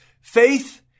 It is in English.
faith